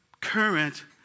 current